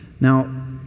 Now